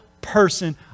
person